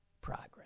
progress